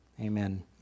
amen